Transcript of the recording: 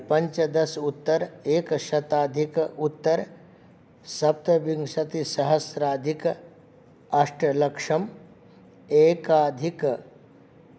पञ्चदश उत्तर एकशताधिक उत्तर सप्तविंशतिसहस्राधिक अष्टलक्षम् एकाधिक